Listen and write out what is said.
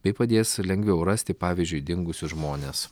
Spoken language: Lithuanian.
bei padės lengviau rasti pavyzdžiui dingusius žmones